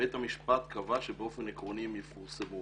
בית המשפט קבע שבאופן עקרוני הן יפורסמו,